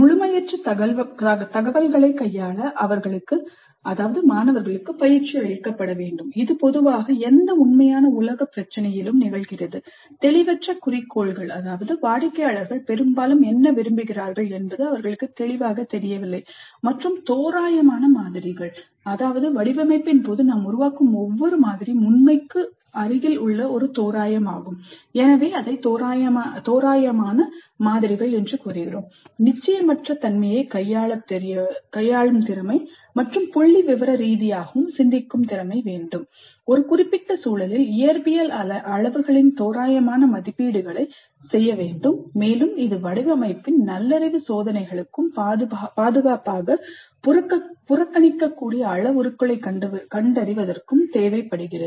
முழுமையற்ற தகவல்களைக் கையாள அவர்களுக்கு பயிற்சி அளிக்கப்பட வேண்டும் இது பொதுவாக எந்த உண்மையான உலகப் பிரச்சினையிலும் நிகழ்கிறது தெளிவற்ற குறிக்கோள்கள் வாடிக்கையாளர்கள் பெரும்பாலும் என்ன விரும்புகிறார்கள் என்பது அவர்களுக்கு தெளிவாகத் தெரியவில்லை மற்றும் தோராயமான மாதிரிகள் வடிவமைப்பின் போது நாம் உருவாக்கும் ஒவ்வொரு மாதிரியும் உண்மைக்கு ஒரு தோராயமாகும் எனவே தோராயமான மாதிரிகள் நிச்சயமற்ற தன்மையைக் கையாளுங்கள் மற்றும் புள்ளிவிவர ரீதியாக சிந்தியுங்கள் ஒரு குறிப்பிட்ட சூழலில் இயற்பியல் அளவுகளின் தோராயமான மதிப்பீடுகளை செய்யுங்கள் மேலும் இது வடிவமைப்பின் நல்லறிவு சோதனைகளுக்கும் பாதுகாப்பாக புறக்கணிக்கக்கூடிய அளவுருக்களைக் கண்டறிவதற்கும் தேவைப்படுகிறது